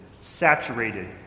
saturated